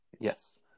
Yes